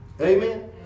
Amen